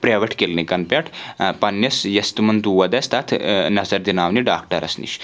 private کِلنِکن پؠٹھ پننِس یۄس تِمن دود اسہِ تتھ نظر دِناونہِ ڈاکٹرس نِش